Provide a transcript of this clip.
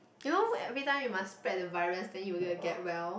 you know everytime you must spread the virus then you will get well